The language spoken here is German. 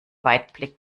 weitblick